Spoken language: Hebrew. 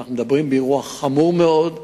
אנחנו מדברים באירוע חמור מאוד,